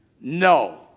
No